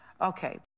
Okay